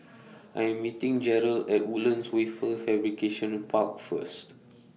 I Am meeting Jerel At Woodlands Wafer Fabrication Park First